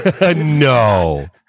No